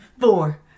four